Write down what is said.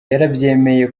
yarabyemeye